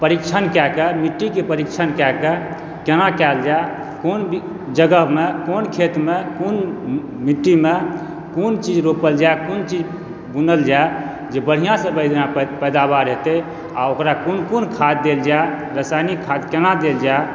परीक्षण कएकऽ मिट्टीके परीक्षण कएकऽ केना कयल जाय कोन जगहमे कोन खेतमे कोन मिट्टीमे कोन चीज रोपल जाय कोन चीज बुनल जाए जे बढिआँसँ बढिआँ पैदावार हेतय आ ओकरा कोन कोन खाद देल जाय रसायनिक खाद केना देल जाय